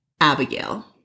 Abigail